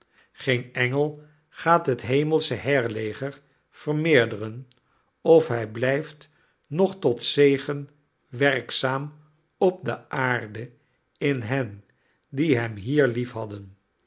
geen engel gaat het hemelsche heirleger vermeerderen of hij blijft nog tot zegen werkzaam op de aarde in hen die hem hier